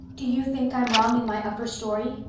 do you think i'm wrong in my upper story?